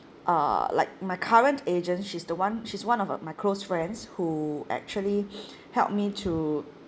uh like my current agent she's the one she's one of uh my close friends who actually helped me to